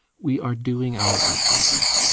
we are doing our utmost.